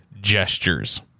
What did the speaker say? gestures